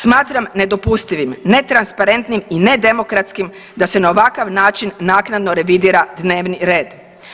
Smatram nedopustivim, netransparentnim i nedemokratskim da se na ovakav način naknadno revidira dnevni red.